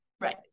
right